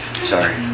sorry